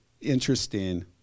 interesting